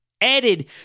added